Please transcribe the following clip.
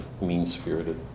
mean-spirited